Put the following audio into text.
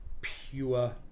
pure